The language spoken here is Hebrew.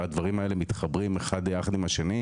הדברים האלה מתחברים אחד לשני.